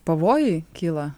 pavojai kyla